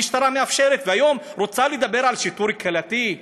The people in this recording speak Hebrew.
המשטרה מאפשרת והיום רוצה לדבר על שיטור קהילתי?